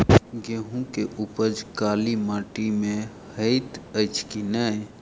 गेंहूँ केँ उपज काली माटि मे हएत अछि की नै?